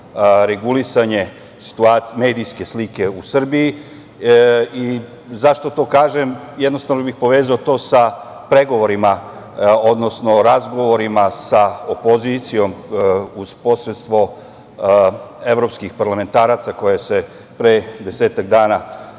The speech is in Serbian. regulisanje medijske slike u Srbiji. Zašto to kažem? Jednostavno bih povezao to sa pregovorima, odnosno razgovorima sa opozicijom, uz posredstvo evropskih parlamentaraca, koje se pre desetak dana